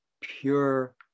pure